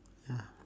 ya